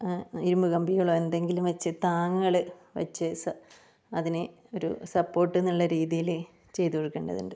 ഇരുമ്പ് കമ്പികളോ എന്തെങ്കിലും വെച്ച് താങ്ങുകൾ വെച്ച് സ അതിന് ഒരു സപ്പോർട്ട് എന്നുള്ള രീതിയിൽ ചെയ്തു കൊടുക്കേണ്ടതുണ്ട്